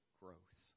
growth